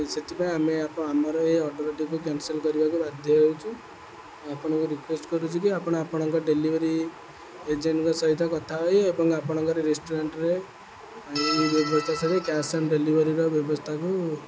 ସେଥିପାଇଁ ଆମେ ଆପ ଆମର ଏଇ ଅର୍ଡ଼ର୍ଟିକୁ କ୍ୟାନସଲ୍ କରିବାକୁ ବାଧ୍ୟ ହେଉଛୁ ଆପଣଙ୍କୁ ରିିକ୍ୱେଷ୍ଟ କରୁଛୁ ଯେ ଆପଣ ଆପଣଙ୍କ ଡେଲିଭରି ଏଜେଣ୍ଟଙ୍କ ସହିତ କଥା ହୋଇ ଏବଂ ଆପଣଙ୍କର ରେଷ୍ଟୁରାଣ୍ଟରେ ବ୍ୟବସ୍ଥା ସାରି କ୍ୟାସ୍ ଅନ୍ ଡେଲିଭରିର ବ୍ୟବସ୍ଥାକୁ